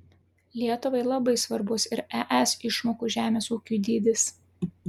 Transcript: lietuvai labai svarbus ir es išmokų žemės ūkiui dydis